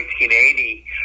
1980